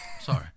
sorry